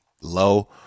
low